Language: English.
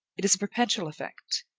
it is a perpetual effect.